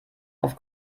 auf